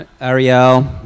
Ariel